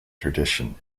tradition